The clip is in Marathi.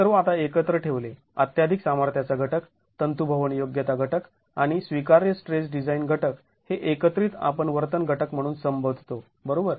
हे सर्व आता एकत्र ठेवले अत्त्याधिक सामर्थ्याचा घटक तंतूभवन योग्यता घटक आणि स्वीकार्य स्ट्रेस डिझाईन घटक हे एकत्रित आपण वर्तन घटक म्हणून संबोधतो बरोबर